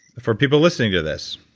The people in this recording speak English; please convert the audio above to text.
for people listening to this,